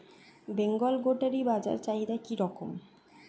বেঙ্গল গোটারি বাজার চাহিদা কি রকম?